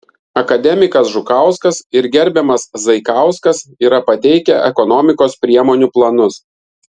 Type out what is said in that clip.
akademikas žukauskas ir gerbiamas zaikauskas yra pateikę ekonomikos priemonių planus